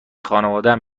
خانوادهام